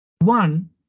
One